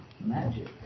magic